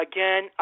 Again